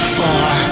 far